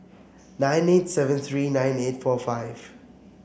nine eight seven three nine eight four five